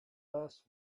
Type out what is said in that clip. less